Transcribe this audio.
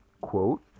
Quote